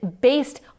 based